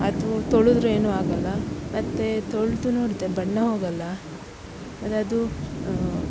ಅದೂ ತೊಳೆದರೆ ಏನೂ ಆಗೋಲ್ಲ ಮತ್ತು ತೊಳೆದು ನೋಡಿದೆ ಬಣ್ಣ ಹೋಗೋಲ್ಲ ಮತ್ತೆ ಅದು